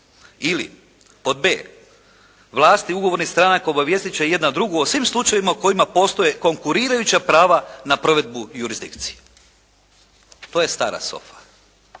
Ili pod b: "vlasti ugovornih stranaka obavijestit će jedna drugu o svim slučajevima o kojima postoje konkurirajuća prava na provedbu jurisdikcije." To je stara SOFA.